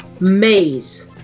Maze